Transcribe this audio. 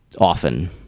often